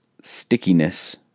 stickiness